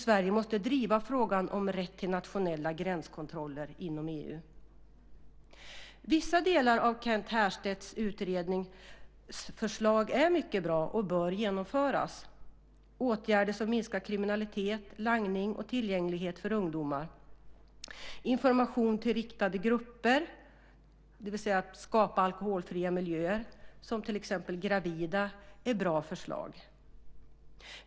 Sverige måste driva frågan om rätt till nationella gränskontroller inom EU. Vissa delar av Kent Härstedts utredningsförslag är mycket bra och bör genomföras. Åtgärder som minskar kriminalitet, langning och tillgänglighet för ungdomar liksom information till och skapande av alkoholfria miljöer för utvalda grupper, till exempel gravida, är bra förslag.